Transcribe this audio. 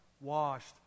washed